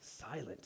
silent